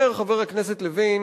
אומר חבר הכנסת לוין